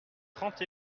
trente